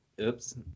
Oops